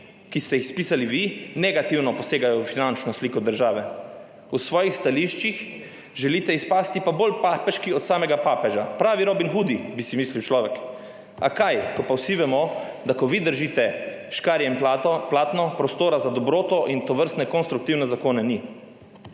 ki ste jih spisali vi, negativno posegajo v finančno sliko države. V svojih stališčih želite izpasti pa bolj papeški od samega papeža. Pravi robini hoodi, bi si mislil človek. A kaj, ko pa vsi vemo, da ko vi držite škarje in platno, prostora za dobroto in tovrstne konstruktivne zakone ni.